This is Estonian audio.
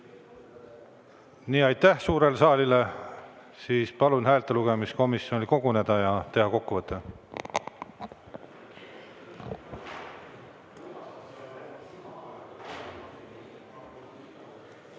Aitäh suurele saalile! Palun häältelugemiskomisjonil koguneda ja teha kokkuvõte.